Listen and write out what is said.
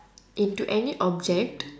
into any object